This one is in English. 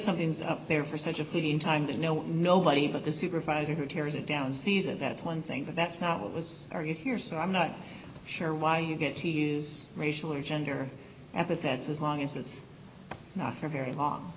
something's up there for such a feeding time they know nobody but the supervisor who tears it down season that's one thing but that's not what was argued here so i'm not sure why you get to use racial or gender epithets as long as it's not for very long